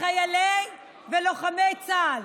מחיילי ולוחמי צה"ל.